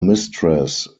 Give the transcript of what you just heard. mistress